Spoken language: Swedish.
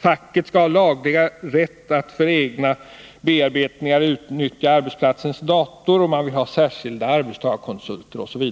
Facket skall ha laglig rätt att för egna bearbetningar utnyttja arbetsplatsens dator, man vill ha särskilda arbetstagarkonsulter osv.